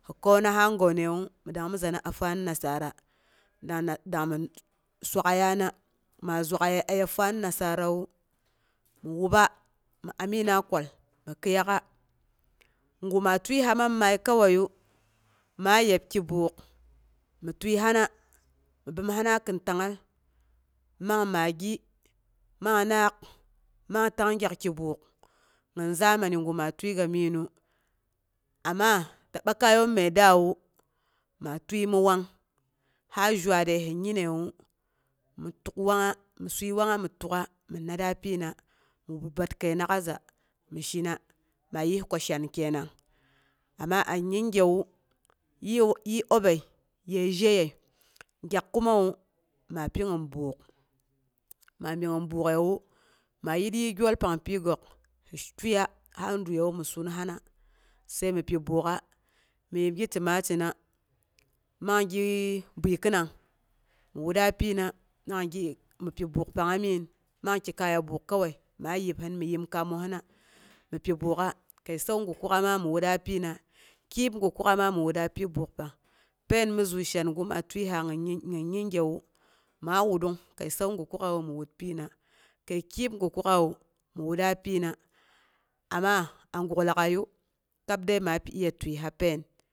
Kona hann ganewu dangmizana a faan nasara dangmi swak'aiya, ana, maa zwak'aiye aye fadi nesa mi woba mi amiinna kwal mi kɨiyak'a, gu ma tiəiha man maiya kawaiyu, ma yeb ki buk mi tiəihana bəom hina kin tang'al, man maggi, man nak, man tang gyak kigu nim zamani gu ma tiriga miginu. Amma məi daawu, ma tiəi mi wang ha zwaare sɨ nyinnəine mi sui wang, mi suiwanga mi tuk'a mi bitbat. kəi nak'aza mi shina, maa yis ko shan kenang. Amma a yingewu, yii obəi, yəi zheyə. Gyak kumawu, ma pigin buk, ma pi gin buk'əiwu, maa yir yii gyol pang pyigook sɨ tiəiya ha, piwu mi sunhina, sai mi pi buk'a, mi wut gi timatura mangi bikɨnung, mi wutra pyina mi buk pangng migin, man ki kaye buk kowai, ma yebong mi yem kaamosina, mi pi buk'a, kəi səu gukuk'a ma mi wutra pyina. kyib gukkuk'a ma mi wutra pyi bak pain mi zu shangu maa tiəha gin yingewu, maa ma wutrung kəi səu gukuk'a wu, mi wur pyina, kəi kyib gukuk'awu mi wutra pyina amma a guk lagaiyu, kab dei ma pi iya tiəiha pain.